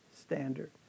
standard